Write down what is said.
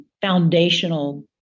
foundational